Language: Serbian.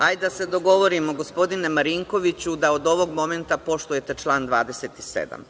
Hajde da se dogovorimo, gospodine Marinkoviću, da od ovog momenta poštujete član 27.